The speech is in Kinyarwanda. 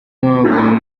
mpamvu